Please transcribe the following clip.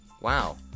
Wow